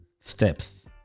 steps